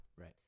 Right